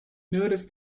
notice